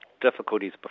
difficulties